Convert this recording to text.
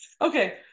Okay